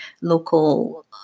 local